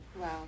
Wow